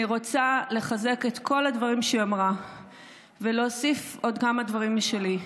אני רוצה לחזק את כל הדברים שהיא אמרה ולהוסיף עוד כמה דברים משלי.